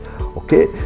Okay